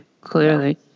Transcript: Clearly